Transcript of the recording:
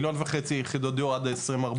מיליון וחצי יחידות דיור עד 2040,